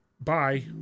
bye